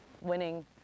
winning